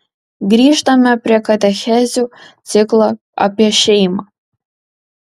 grįžtame prie katechezių ciklo apie šeimą